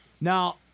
now